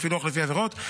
בפילוח לפי עבירות.